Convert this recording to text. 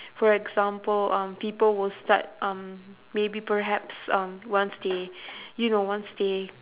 for example um people will start um maybe perhaps um once they you know once they